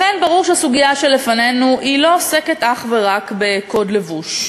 לכן ברור שהסוגיה שלפנינו לא עוסקת אך ורק בקוד לבוש,